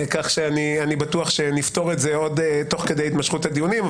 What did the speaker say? אני בטוח שנפתור את זה עוד תוך כדי התמשכות הדיונים,